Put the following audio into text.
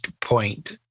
point